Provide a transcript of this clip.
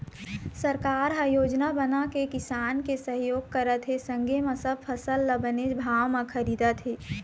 सरकार ह योजना बनाके किसान के सहयोग करत हे संगे म सब फसल ल बनेच भाव म खरीदत हे